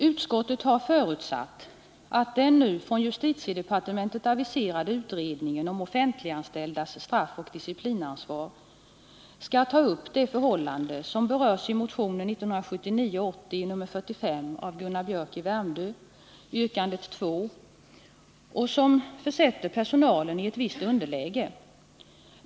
Utskottet har förutsatt att den nu från justitiedepartementet aviserade utredningen om offentliganställdas straffoch disciplinansvar skall ta upp det förhållande, som berörs i motionen 1979/80:45 av Gunnar Biörck i Värmdö, yrkande 2, som försätter personalen i ett visst underläge.